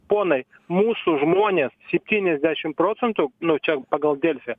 ponai mūsų žmonės septyniasdešim procentų nu čia pagal delfi